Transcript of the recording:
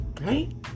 Right